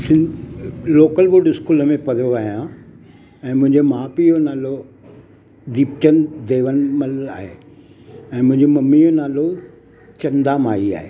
सिं local board school पढ़ियो आहियां ऐं मुंहिंजे माउ पीउ जो नालो दीपचंद देवनमल आहे ऐं मुंहिंजे मम्मी जो नालो चंदा माई आहे